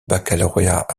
baccalauréat